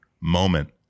moment